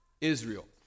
Israel